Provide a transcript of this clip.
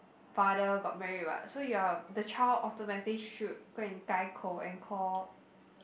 father got married what so you are the child automatically should go and and call